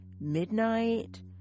Midnight